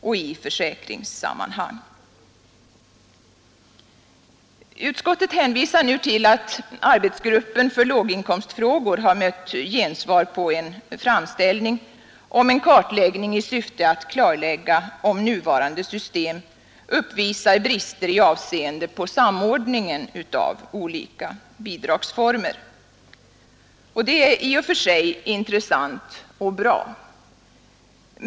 kommer fram i prejudikat Utskottet hänvisar nu till att arbetsgruppen för låginkomstfrågor har mött gensvar på en framställning om en kartläggning i syfte att klargöra om nuvarande system uppvisar brister i avseende på samordningen av olika bidragsformer, och det är i och för sig intressant och bra.